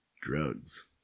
Drugs